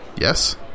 Yes